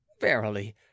Verily